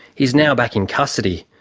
he is now back in custody,